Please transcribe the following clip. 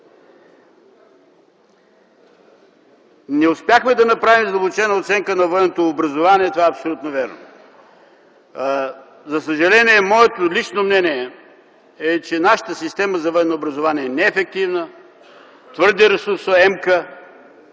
Не успяхме да направим задълбочена оценка на военното образование. Това е абсолютно вярно. За съжаление моето лично мнение е, че нашата система за военно образование не е ефективна, твърде ресурсоемка,